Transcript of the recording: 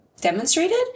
demonstrated